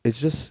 it's just